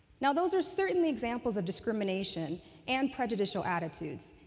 now, those are certainly examples of discrimination and prejudicial attitudes,